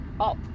up